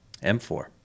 m4